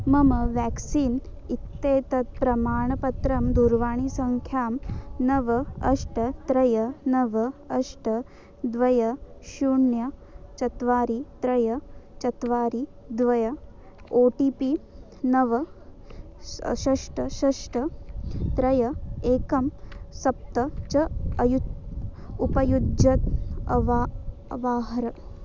मम व्याक्सीन् इत्येतत् प्रमाणपत्रं दूर्वाणीसङ्ख्यां नव अष्ट त्रीणि नव अष्ट द्वे शून्यं चत्वारि त्रीणि चत्वारि द्वे ओ टि पि नव षट् षट् त्रीणि एकं सप्त च अयु उपयुज्य अवा अवाहर